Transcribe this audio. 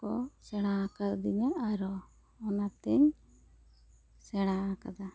ᱠᱚ ᱥᱮᱬᱟ ᱟᱠᱟᱣᱟᱫᱤᱧᱟ ᱟᱨᱚ ᱚᱱᱟ ᱛᱤᱧ ᱥᱮᱬᱟ ᱟᱠᱟᱫᱟ